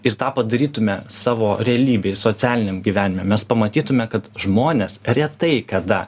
ir tą padarytume savo realybėj socialiniam gyvenime mes pamatytume kad žmonės retai kada